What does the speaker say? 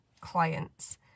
clients